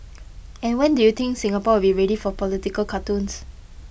and when do you think Singapore will be ready for political cartoons